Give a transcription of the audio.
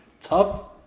tough